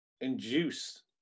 induce